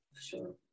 Sure